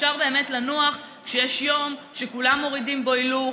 אפשר באמת לנוח כשיש יום שכולם מורידים בו הילוך,